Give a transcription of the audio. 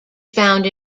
found